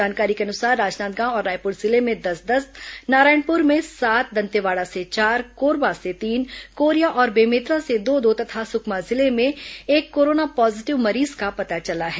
जानकारी के अनुसार राजनांदगांव और रायपुर जिले में दस दस नारायणपुर में सात दंतेवाड़ा से चार कोरबा से तीन कोरिया और बेमेतरा से दो दो तथा सुकमा जिले में एक कोरोना पॉजीटिव मरीज का पता चला है